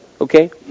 Okay